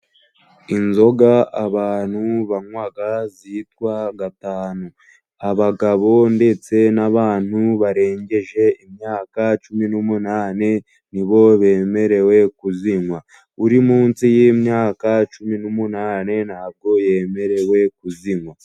Inzoga abantu banywa zitwa gatanu. Abagabo ndetse n'abantu barengeje imyaka cumi n'umunani nibo bemerewe kuzinywa. Uri munsi y'imyaka cumi n'umunani ntabwo yemerewe kuzinywa.